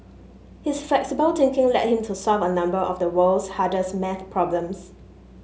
his flexible thinking led him to solve a number of the world's hardest maths problems